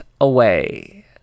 Away